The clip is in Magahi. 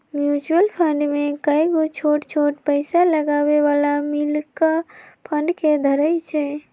म्यूचुअल फंड में कयगो छोट छोट पइसा लगाबे बला मिल कऽ फंड के धरइ छइ